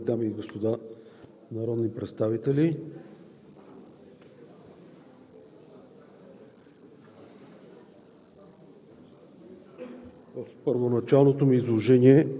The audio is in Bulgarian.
Уважаеми господин Председател, уважаеми дами и господа народни представители!